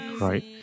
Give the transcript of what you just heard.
right